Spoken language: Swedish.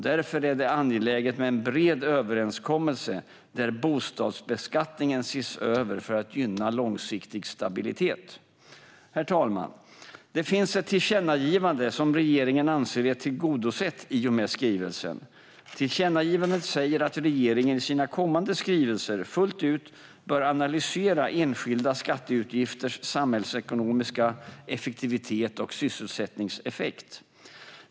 Därför är det angeläget med en bred överenskommelse där bostadsbeskattningen ses över för att gynna långsiktig stabilitet. Herr talman! Det finns ett tillkännagivande som regeringen anser är tillgodosett i och med skrivelsen. Tillkännagivandet säger att regeringen i sina kommande skrivelser fullt ut bör analysera enskilda skatteutgifters samhällsekonomiska effektivitet och sysselsättningseffekt.